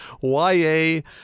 Y-A